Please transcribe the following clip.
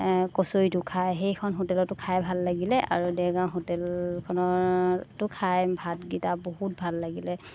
কচৰিটো খায় সেইখন হোটেলতো খাই ভাল লাগিলে আৰু দেৰগাঁও হোটেলখনটো খাই ভাতকেইটা বহুত ভাল লাগিলে